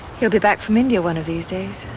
he'll be back from india one of these days.